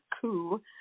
coup